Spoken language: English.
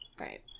Right